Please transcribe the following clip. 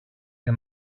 και